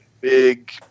big